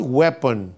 weapon